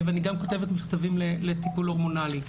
אני גם כותבת מכתבים לטיפול הורמונלי.